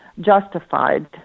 justified